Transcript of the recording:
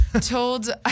told